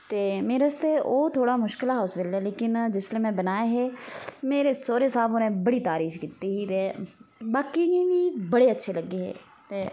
ते मेरे आस्तै ओह् थोड़ा मुश्कल हा उस बेल्लै लेकिन जिसलै में बनाए हे मेरे सोरे साहब होरें बड़ी तारीफ कीती ही ते बाकी इ'यां मिगी बड़े अच्छे लग्गे हे